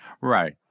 Right